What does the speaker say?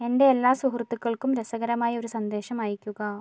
എന്റെ എല്ലാ സുഹൃത്തുക്കൾക്കും രസകരമായ ഒരു സന്ദേശം അയയ്ക്കുക